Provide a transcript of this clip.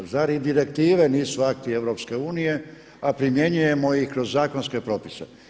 Zar i direktive nisu akti EU, a primjenjujemo ih kroz zakonske propise?